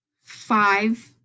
five